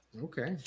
Okay